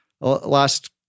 last